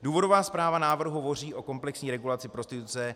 Důvodová zpráva návrhu hovoří o komplexní regulaci prostituce.